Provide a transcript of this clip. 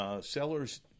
Sellers